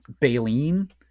baleen